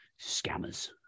scammers